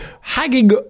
hanging